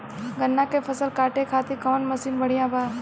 गन्ना के फसल कांटे खाती कवन मसीन बढ़ियां बा?